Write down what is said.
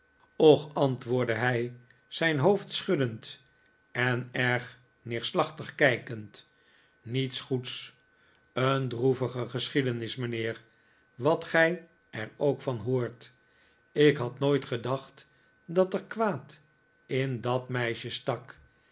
och antwoordde hij zijn hoofd schuddend en erg neerslachtig kijkend niets goeds een droevige geschiedenis mijnheer wat gij er ook van hoort ik had nooit gedacht dat er kwaad in dat meisje stak